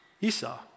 Esau